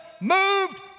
moved